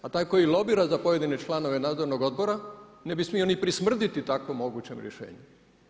A taj koji lobira za pojedine članove nadzornog odbora ne bi smio ni prismrditi takvom mogućem rješenju.